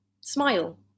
smile